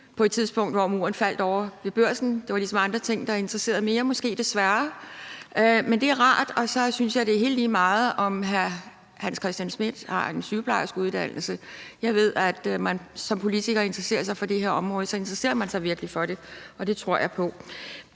på et tidspunkt, hvor muren faldt ovre ved Børsen, og der var måske ligesom andre ting, der interesserede mere, desværre. Men det er rart. Og så synes jeg, det er helt lige meget, om hr. Hans Christian Schmidt har en sygeplejerskeuddannelse eller ej. Jeg ved, at når man som politiker interesserer sig for det her område, interesserer man sig virkelig for det, og det tror jeg på